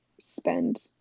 spend